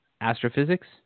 astrophysics